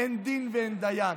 אין דין ואין דיין,